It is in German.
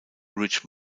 ridge